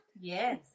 Yes